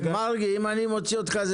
מרגי, אם אני מוציא אותך זה